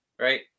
right